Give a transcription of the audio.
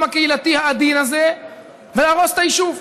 הקהילתי העדין הזה ולהרוס את היישוב.